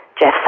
Jeff